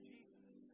Jesus